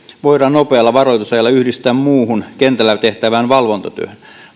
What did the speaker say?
voidaan nopealla varoitusajalla yhdistää muuhun kentällä tehtävään valvontatyöhön